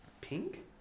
Pink